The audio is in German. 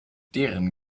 deren